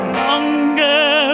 longer